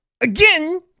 Again